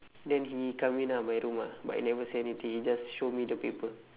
then he come in ah my room ah but he never say anything he just show me the paper